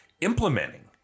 implementing